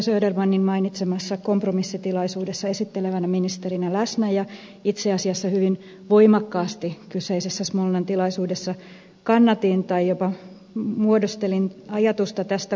södermanin mainitsemassa kompromissitilaisuudessa esittelevänä ministerinä läsnä ja itse asiassa hyvin voimakkaasti kyseisessä smolnan tilaisuudessa kannatin tai jopa muodostelin ajatusta tästä kompromissista sittenkin